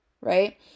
right